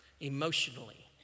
emotionally